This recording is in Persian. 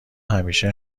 همیشه